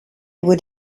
would